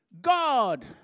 God